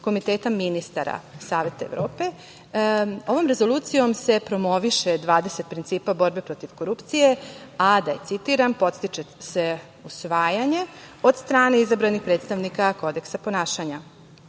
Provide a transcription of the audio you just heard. Komiteta ministara Saveta Evrope. Ovom Rezolucijom se promoviše 20 principa borbe protiv korupcije, a, da je citiram: „podstiče se usvajanje od strane izabranih predstavnika Kodeksa ponašanja“.Negde